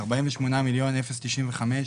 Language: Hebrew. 48.095 מיליון,